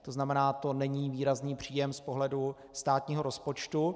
To znamená, zo není výrazný příjem z pohledu státního rozpočtu.